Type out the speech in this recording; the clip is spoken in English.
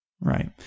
Right